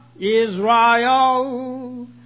Israel